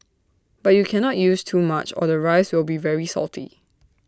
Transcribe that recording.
but you cannot use too much or the rice will be very salty